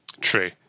True